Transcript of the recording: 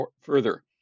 further